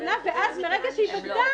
ואז ברגע שבגדה,